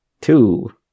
Two